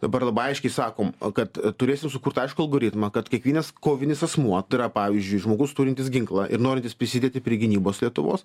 dabar labai aiškiai sakom kad turėsim sukurt aiškų algoritmą kad kiekvienas kovinis asmuo tai yra pavyzdžiui žmogus turintis ginklą ir norintis prisidėti prie gynybos lietuvos